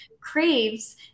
craves